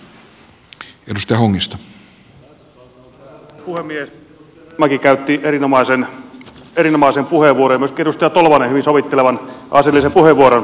edustaja rajamäki käytti erinomaisen puheenvuoron ja myöskin edustaja tolvanen hyvin sovittelevan asiallisen puheenvuoron